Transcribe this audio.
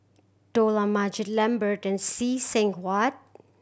Dollah Majid Lambert and See Seng Huat